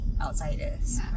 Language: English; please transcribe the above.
outsiders